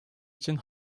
için